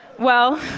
well